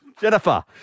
Jennifer